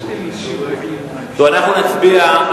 אנחנו נצביע,